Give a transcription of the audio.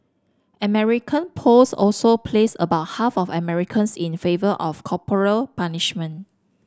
American polls also placed about half of Americans in favour of corporal punishment